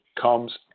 comes